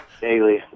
Daily